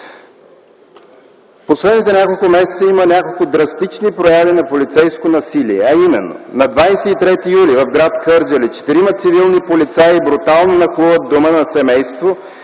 последните няколко месеца има драстични прояви на полицейско насилие, а именно: - На 23 юли в гр. Кърджали четирима цивилни полицаи брутално нахлуват в дома на семейство,